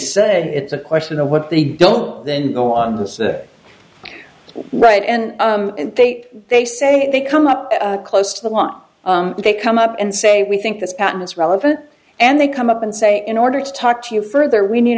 say it's a question of what they don't then go on the say right and they they say they come up close to the lot they come up and say we think this pattern is relevant and they come up and say in order to talk to you further we need